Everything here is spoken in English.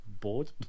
bored